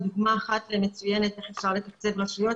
דוגמה אחת ומצוינת איך אפשר לתקצב רשויות.